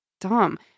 dumb